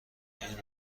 این